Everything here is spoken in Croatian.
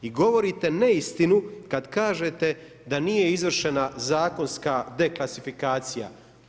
I govorite neistinu kada kažete da nije izvršena zakonska deklasifikacija.